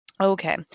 okay